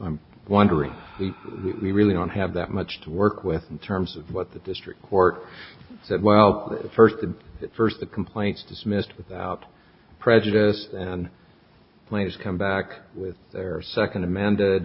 wondering if we really don't have that much to work with in terms of what the district court said well first and first the complaints dismissed without prejudice and please come back with their second amend